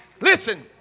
Listen